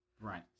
Right